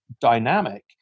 dynamic